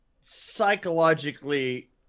psychologically